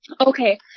Okay